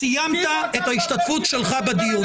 סיימת את ההשתתפות שלך בדיון.